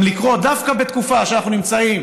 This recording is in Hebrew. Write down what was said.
מחליטה גם לקרוא, דווקא בתקופה שאנחנו נמצאים